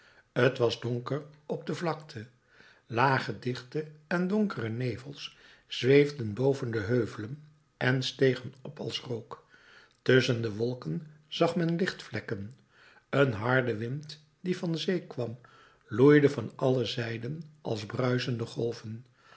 t was donker op de vlakte lage dichte en donkere nevels zweefden boven de heuvelen en stegen op als rook tusschen de wolken zag men lichtvlekken een harde wind die van zee kwam loeide van alle zijden als bruisende golven